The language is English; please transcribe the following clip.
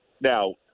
Now